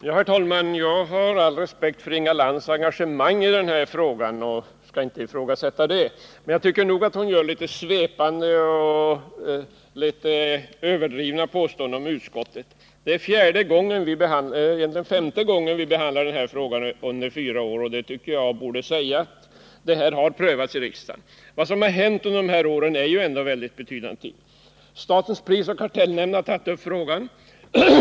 Herr talman! Jag har all respekt för Inga Lantz engagemang i den här frågan och skall inte ifrågasätta det. Men jag tycker nog att hon görlitet svepande och överdrivna påståenden om utskottet. Det här är femte gången på fyra år som vi behandlar denna fråga, och det tycker jag borde säga att frågan har prövats av riksdagen. Vad som hänt under de här åren är ju mycket betydande ting. Statens prisoch kartellnämnd har tagit upp frågan.